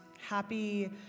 Happy